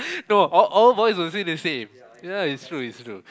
no all all boys will say the same this one is true is true